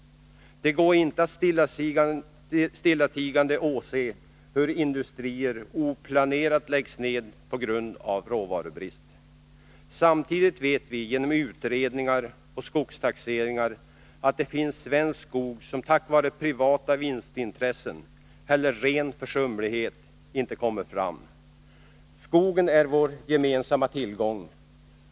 Det går inte att stillatigande åse hur industrier oplanerat läggs ned på grund av råvarubrist. Samtidigt vet vi genom utredningar och skogstaxeringar att det finns svensk skog som på grund av privata vinstintressen eller ren försumlighet inte kommer fram. Skogen är vår gemensamma tillgång.